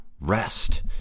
rest